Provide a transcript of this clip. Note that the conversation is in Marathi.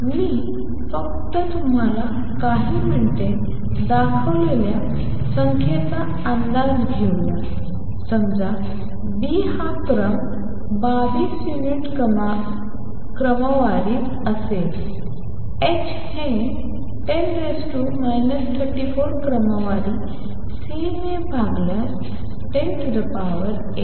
मी फक्त तुम्हाला काही मिनिटे दाखवलेल्या संख्येचा अंदाज घेऊया समजा B हा क्रम 22 युनिट क्रमवारीत असेल h हे 10 34 क्रमवारी C ने भागल्यास 108 चा क्रम आहे